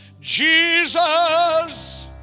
Jesus